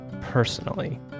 personally